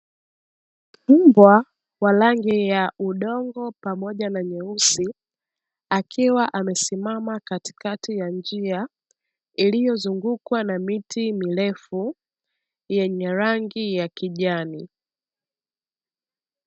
Mbwa wa rangi ya udongo pamoja na nyeusi, akiwa amesimama katikati ya njia iliyozunguukwa na miti mirefu yenye rangi ya kijani.